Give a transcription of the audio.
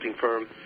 firm